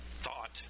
thought